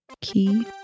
key